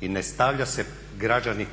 i ne stavlja se građanin